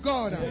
God